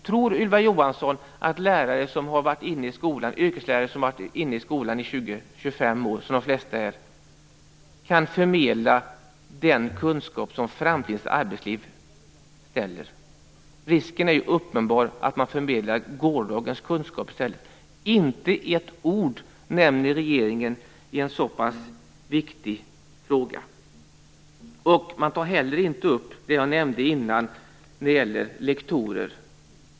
Tror Ylva Johansson att yrkeslärare som har varit i skolan i 20-25 år - som de flesta har varit - kan förmedla den kunskap som framtidens arbetsliv kräver? Det är en uppenbar risk att man förmedlar gårdagens kunskap. Regeringen nämner inte ett ord om en så pass viktig fråga. Man tar heller inte upp det som jag nämnde tidigare om lektorer.